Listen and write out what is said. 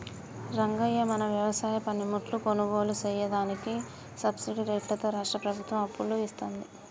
రంగయ్య మన వ్యవసాయ పనిముట్లు కొనుగోలు సెయ్యదానికి సబ్బిడి రేట్లతో రాష్ట్రా ప్రభుత్వం అప్పులను ఇత్తుంది